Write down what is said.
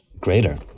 greater